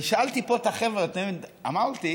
ושאלתי פה את החבר'ה, אמרתי,